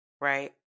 right